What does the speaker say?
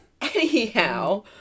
anyhow